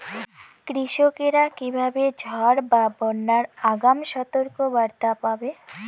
কৃষকেরা কীভাবে ঝড় বা বন্যার আগাম সতর্ক বার্তা পাবে?